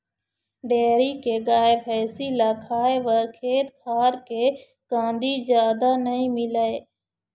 dairy के गाय, भइसी ल खाए बर खेत खार के कांदी जादा नइ मिलय